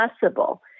possible